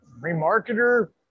remarketer